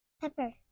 Pepper